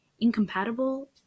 incompatible